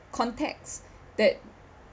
context that